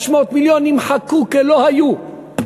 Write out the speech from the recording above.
500 מיליון נמחקו כלא היו.